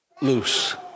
loose